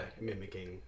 mimicking